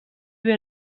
were